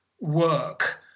work